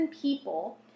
people